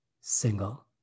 single